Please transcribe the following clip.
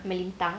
melintang